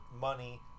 money